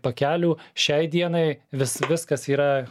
pakelių šiai dienai vis viskas yra